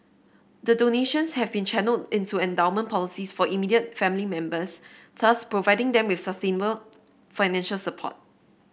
the donations have been channelled into endowment policies for immediate family members thus providing them with sustainable financial support